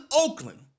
Oakland